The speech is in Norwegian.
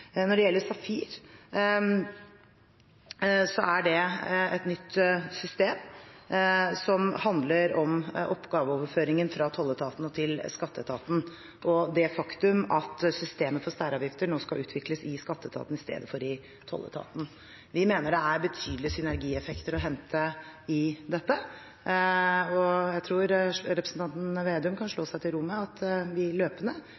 Når det gjelder SAFIR, er det et nytt system som handler om oppgaveoverføringen fra tolletaten til skatteetaten og det faktum at systemet for særavgifter nå skal utvikles i skatteetaten istedenfor i tolletaten. Vi mener det er betydelige synergieffekter å hente i dette, og jeg tror representanten Slagsvold Vedum kan slå seg til ro med at vi løpende